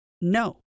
no